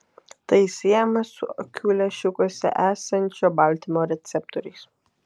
tai siejama su akių lęšiukuose esančio baltymo receptoriais